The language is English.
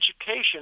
education